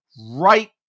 right